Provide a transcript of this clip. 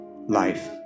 Life